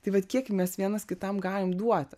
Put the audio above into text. tai vat kiek mes vienas kitam galim duoti